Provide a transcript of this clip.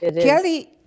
Kelly